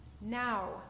Now